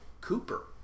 Cooper